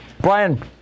Brian